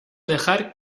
dejar